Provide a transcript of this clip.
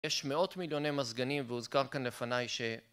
יש מאות מיליוני מזגנים והוזכר כאן לפניי ש...